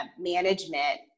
management